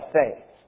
faith